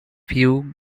few